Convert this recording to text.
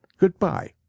Goodbye